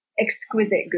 exquisite